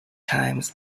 times